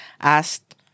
asked